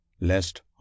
lest